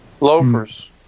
Loafers